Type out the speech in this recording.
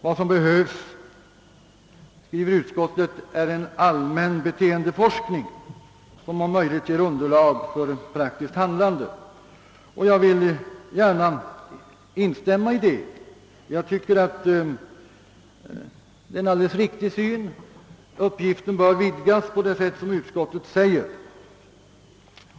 Utskottet anför att vad som behövs är »en allmän beteendeforskning, som om möjligt bör ge underlag för praktiskt handlande». Jag vill gärna ansluta mig till detta som jag tror helt riktiga synsätt. Uppgiften bör vidgas på det sätt som utskottet anger.